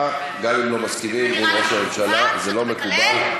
אולי תפסיק לקלל, זה נראה לך מכובד?